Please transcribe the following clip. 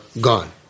gone